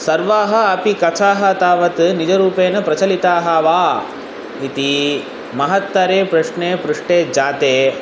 सर्वाः अपि कथाः तावत् निजरूपेण प्रचलिताः वा इति महत्तरे प्रश्ने पृष्टे जाते